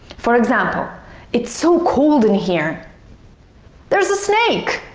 for example it's so cold in here there's a snake